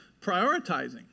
prioritizing